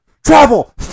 Travel